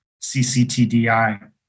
CCTDI